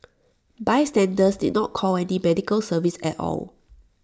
bystanders did not call any medical service at all